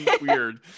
weird